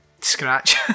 scratch